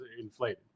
inflated